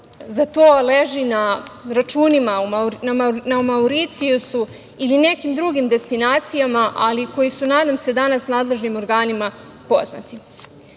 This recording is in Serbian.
za to leži na računima na Mauricijusu ili nekim drugim destinacijama, ali koji su danas, nadam se, nadležnim organima poznati. Mi